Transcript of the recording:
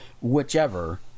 whichever